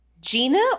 Gina